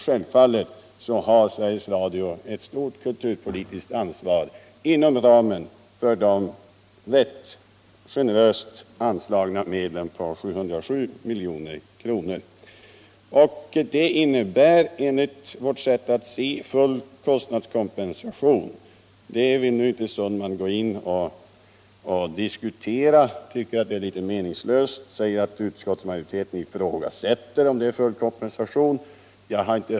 Självfallet har Sveriges Radio ett stort kulturpolitiskt ansvar — inom ramen för de rätt generöst anslagna medlen på 707 milj.kr. Det innebär enligt vårt sätt att se full kostnadskompensation. Det vill nu herr Sundman inte gå in och: diskutera. Han tycker att det är meningslöst och säger alt utskottsmajoriteten ifrågasätter om det är full kompensation.